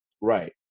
Right